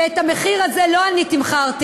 ואת המחיר הזה לא אני תמחרתי,